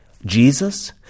Jesus